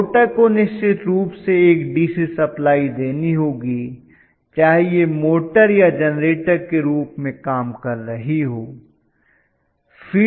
rotor को निश्चित रूप से एक डीसी सप्लाई देनी होगी चाहे यह मोटर या जनरेटर के रूप में काम कर रही हो